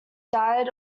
died